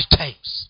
times